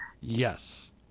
Yes